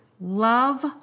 love